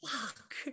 fuck